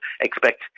expect